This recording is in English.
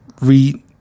read